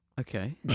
Okay